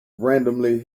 randomly